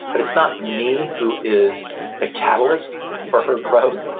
but it's not me who is the catalyst for her growth,